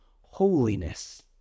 holiness